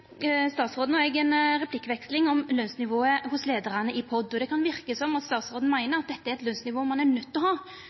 statsråden og eg ei replikkveksling om lønnsnivået hos leiarane i POD. Det kan verka som om statsråden meiner at dette er eit lønnsnivå som ein er nøydd til å ha